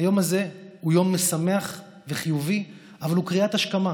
היום הזה הוא יום משמח וחיובי אבל הוא קריאת השכמה